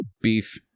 Beef